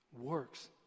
works